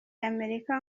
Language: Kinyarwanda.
y’amerika